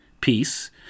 piece